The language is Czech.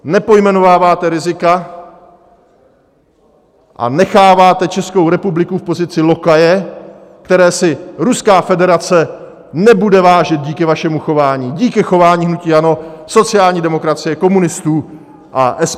Nepojmenováváte rizika a necháváte Českou republiku v pozici lokaje, které si Ruská federace nebude vážit díky vašemu chování, díky chování hnutí ANO, sociální demokracie, komunistů a SPD.